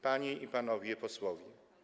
Panie i Panowie Posłowie!